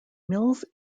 mills